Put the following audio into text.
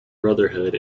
brotherhood